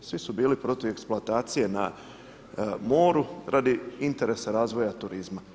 Svi su bili protiv eksploatacije na moru radi interesa razvoja turizma.